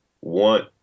want